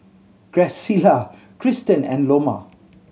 Graciela Cristen and Loma